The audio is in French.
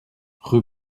rue